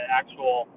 actual